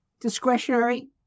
discretionary